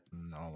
No